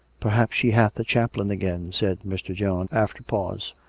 perhaps she hath a chaplain again, said mr. john, after pause.